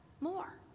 more